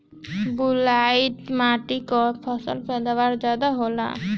बालुई माटी में कौन फसल के पैदावार ज्यादा होला?